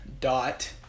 dot